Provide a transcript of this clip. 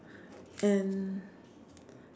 and